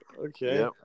okay